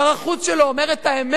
שר החוץ שלו אומר את האמת